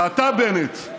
ואתה, בנט,